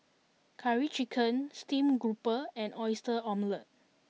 curry chicken steam grouper and oyster Omelette